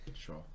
sure